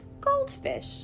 goldfish